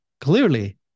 Clearly